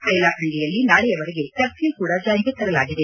ಹೈಲಾಖಂಡಿಯಲ್ಲಿ ನಾಳೆಯವರೆಗೆ ಕರ್ಫ್ಯೂ ಕೂಡ ಜಾರಿಗೆ ತರಲಾಗಿದೆ